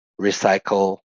recycle